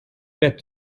bed